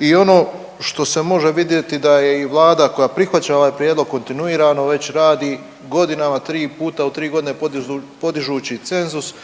i ono što se može vidjeti da i Vlada koja prihvaća ovaj prijedlog kontinuirano već radi godinama tri puta u 3.g. podižući cenzus